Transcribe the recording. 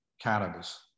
cannabis